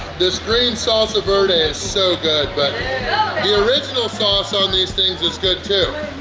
this green salsa verde is so good but the original sauce on these things is good too!